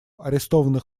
арестованных